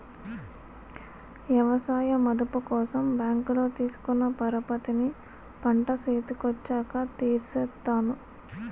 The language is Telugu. ఎవసాయ మదుపు కోసం బ్యాంకులో తీసుకున్న పరపతిని పంట సేతికొచ్చాక తీర్సేత్తాను